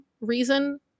reason